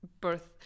birth